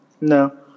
No